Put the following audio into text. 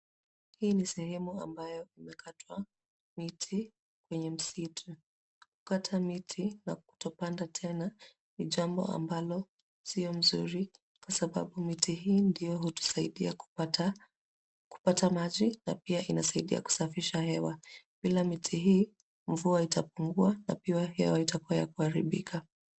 Hii ni sehemu ambayo imekatwa miti kwenye msitu. Kukata miti na kutopanda tena ni jambo ambalo si mzuri kwa sababu miti hii ndiyo hutusaidia kupata maji napia inasaidia kusafisha hewa. Bila miti hii mvua itapungua na pia hewa itakuwa ya kuharibika.